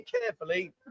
carefully